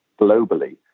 globally